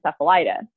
encephalitis